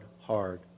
hard